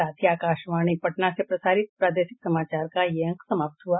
इसके साथ ही आकाशवाणी पटना से प्रसारित प्रादेशिक समाचार का ये अंक समाप्त हुआ